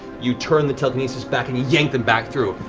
you turn the telekinesis back and you yank them back through.